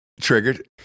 Triggered